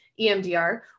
EMDR